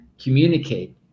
communicate